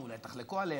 שאולי תחלקו עליהן.